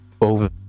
over